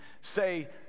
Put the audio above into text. say